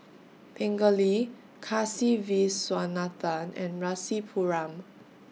Pingali Kasiviswanathan and Rasipuram